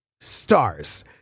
stars